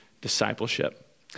discipleship